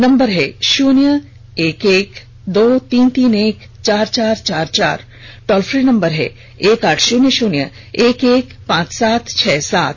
number है शून्य एक एक दो तीन तीन एक चार चार चार हमारा टोल फ्री नंबर है एक आठ शून्य शून्य एक एक पांच सात छह सात